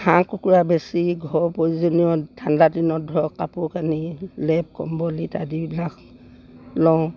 হাঁহ কুকুৰা বেচি ঘৰ প্ৰয়োজনীয় ঠাণ্ডাদিনত ধৰক কাপোৰ কানি লেপ কম্বল ইত্যাদিবিলাক লওঁ